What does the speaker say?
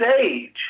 age